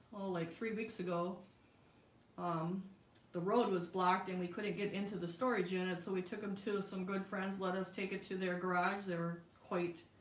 like three weeks ago um the road was blocked and we couldn't get into the storage unit. so we took them to some good friends let us take it to their garage they were quite